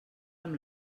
amb